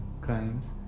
crimes